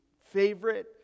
favorite